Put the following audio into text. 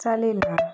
चालेल ना